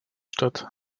stadt